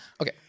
Okay